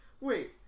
wait